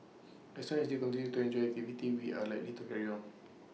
as long as they continue to enjoy the activity we are likely to carry on